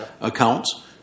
accounts